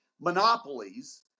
monopolies